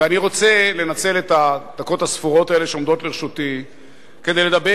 אני רוצה לנצל את הדקות הספורות האלה שעומדות לרשותי כדי לדבר